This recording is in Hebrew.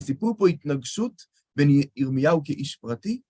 הסיפור פה התנגשות בין ירמיהו כאיש פרטי.